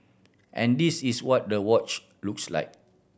and this is what the watch looks like